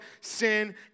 sin